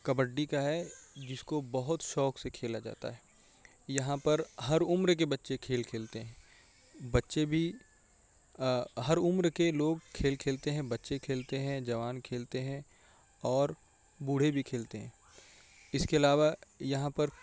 کبڈی کا ہے جس کو بہت شوق سے کھیلا جاتا ہے یہاں پر ہر عمر کے بچے کھیل کھیلتے ہیں بچے بھی ہر عمر کے لوگ کھیل کھیلتے ہیں بچے کھیلتے ہیں جوان کھیلتے ہیں اور بوڑھے بھی کھیلتے ہیں اس کے علاوہ یہاں پر